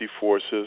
forces